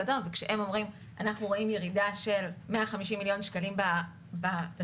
כשהם אומרים שרואים ירידה של 150 מיליון שקלים בתשלום